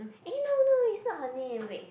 eh no no it's not her name wait